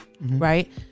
right